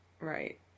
Right